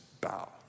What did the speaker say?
bow